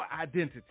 identity